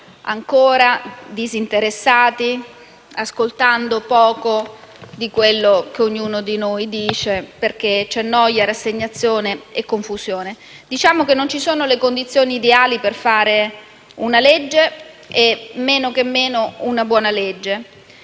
ancora, disinteressati, ascoltando poco quello che ognuno di noi dice perché c'è noia, rassegnazione e confusione. Diciamo che non ci sono le condizioni ideali per fare una legge e men che meno una buona legge.